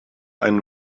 einen